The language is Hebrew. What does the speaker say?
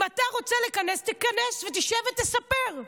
אם אתה רוצה לכנס, תכנס ותשב ותספר.